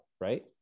right